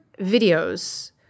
videos